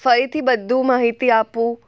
ફરીથી બધું માહિતી આપું